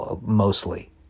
mostly